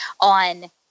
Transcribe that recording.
on